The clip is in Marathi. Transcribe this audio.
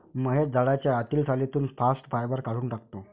महेश झाडाच्या आतील सालीतून बास्ट फायबर काढून टाकतो